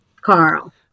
Carl